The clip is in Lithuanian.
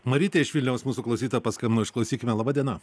marytė iš vilniaus mūsų klausytoja paskambino išklausykime laba diena